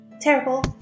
Terrible